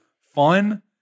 fun